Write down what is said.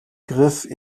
griff